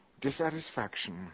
dissatisfaction